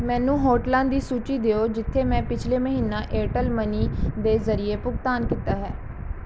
ਮੈਨੂੰ ਹੋਟਲਾਂ ਦੀ ਸੂਚੀ ਦਿਓ ਜਿਥੇ ਮੈਂ ਪਿਛਲੇ ਮਹੀਨਾ ਏਅਰਟੈੱਲ ਮਨੀ ਦੇ ਜ਼ਰੀਏ ਭੁਗਤਾਨ ਕੀਤਾ ਹੈ